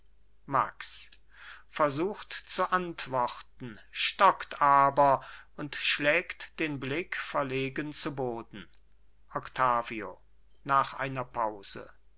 max versucht zu antworten stockt aber und schlägt den blick verlegen zu boden octavio nach einer pause